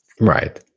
Right